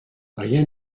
rien